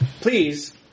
Please